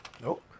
Nope